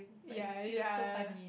ya ya